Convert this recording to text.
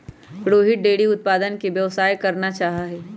Rohit dairy उत्पादन के व्यवसाय करना चाहा हई